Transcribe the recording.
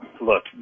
look